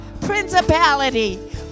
principality